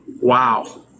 Wow